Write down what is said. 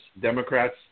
Democrats